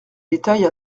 détails